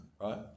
right